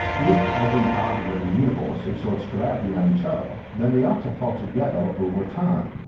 if every body in the universe exerts gravity on each other, then they ought to fall together over time,